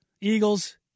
Eagles